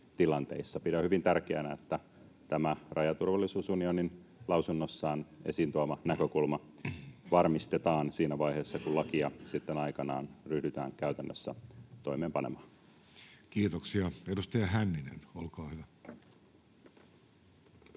Pidän hyvin tärkeänä, että tämä Rajaturvallisuusunionin lausunnossaan esiin tuoma näkökulma varmistetaan siinä vaiheessa, kun lakia sitten aikanaan ryhdytään käytännössä toimeenpanemaan. [Speech 19] Speaker: Jussi Halla-aho